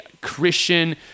Christian